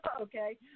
okay